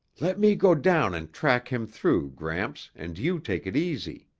let me go down and track him through, gramps, and you take it easy.